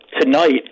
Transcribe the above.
tonight